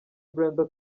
brenda